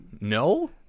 No